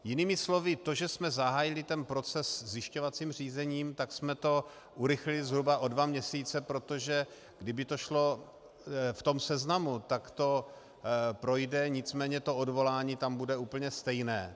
Jinými slovy to, že jsme zahájili proces zjišťovacím řízením, tak jsme to urychlili zhruba o dva měsíce, protože kdyby to šlo v tom seznamu, tak to projde, nicméně to odvolání tam bude úplně stejné.